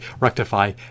rectify